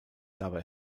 dabei